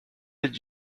did